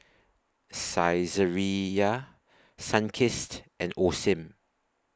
Saizeriya Sunkist and Osim